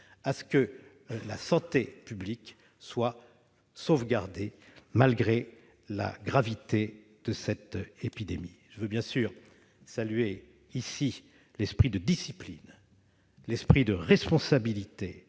à ce que la santé publique soit sauvegardée malgré la gravité de cette épidémie. » Je veux saluer ici l'esprit de discipline et de responsabilité